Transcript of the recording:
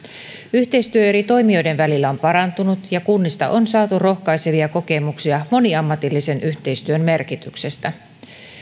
yhteistyö eri toimijoiden välillä on parantunut ja kunnista on saatu rohkaisevia kokemuksia moniammatillisen yhteistyön merkityksestä